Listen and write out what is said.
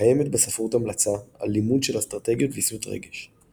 קיימת בספרות המלצה על לימוד של אסטרטגיות ויסות רגש.